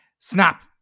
Snap